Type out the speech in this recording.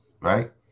right